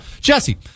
Jesse